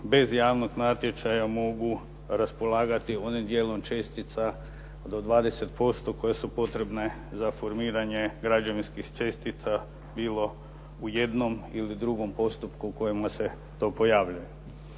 bez javnog natječaja mogu raspolagati onim dijelom čestica do 20% koje su potrebne za formiranje građevinskih čestica bilo u jednom ili u drugom postupku kojima se to pojavljuje.